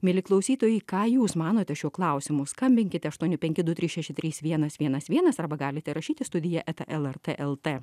mieli klausytojai ką jūs manote šiuo klausimu skambinkite aštuoni penki du trys šeši trys vienas vienas vienas arba galite rašyti studija eta lrt lt